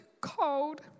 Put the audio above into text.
cold